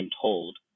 told